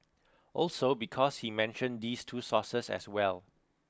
also because he mentioned these two sources as well